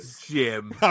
Jim